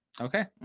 okay